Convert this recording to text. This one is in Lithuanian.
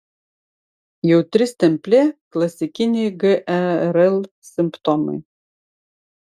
jautri stemplė klasikiniai gerl simptomai